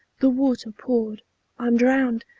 the water poured i'm drowned!